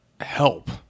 help